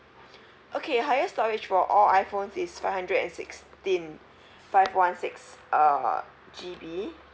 okay highest storage for all iphones is five hundred and sixteen five one six uh G_B